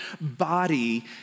body